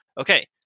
okay